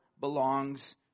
belongs